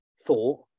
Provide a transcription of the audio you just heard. thought